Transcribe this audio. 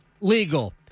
legal